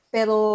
Pero